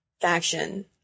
faction